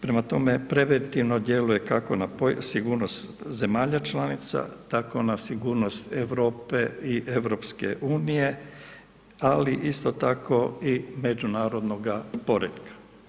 Prema tome preventivno djeluje kako na sigurnost zemalja članica, tako na sigurnost Europe i EU, ali isto tako i međunarodnoga poretka.